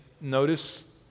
Notice